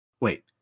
Wait